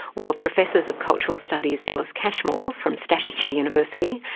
while professors of cultural studies, ellis cashmore from staffordshire university,